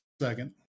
second